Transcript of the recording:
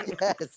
Yes